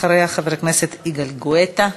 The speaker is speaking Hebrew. אחריה, חבר הכנסת יגאל גואטה.